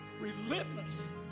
relentless